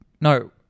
no